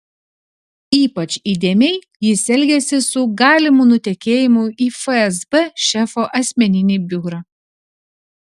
ypač įdėmiai jis elgėsi su galimu nutekėjimu į fsb šefo asmeninį biurą